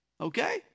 okay